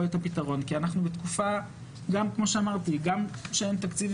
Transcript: את הפתרון כי אנחנו בתקופה גם שאין תקציב,